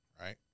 right